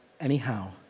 anyhow